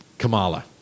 Kamala